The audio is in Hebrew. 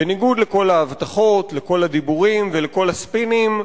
בניגוד לכל ההבטחות, לכל הדיבורים ולכל הספינים.